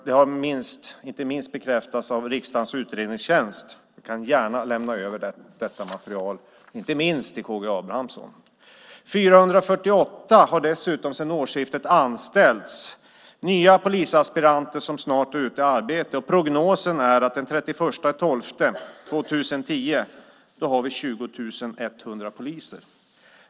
Det har inte minst bekräftats av riksdagens utredningstjänst. Jag kan gärna lämna över detta material, speciellt till Karl Gustav Abramsson. 448 har dessutom anställts sedan årsskiftet, nya polisaspiranter som snart är ute i arbete, och prognosen är att vi den 31 december 2010 har 20 100 poliser.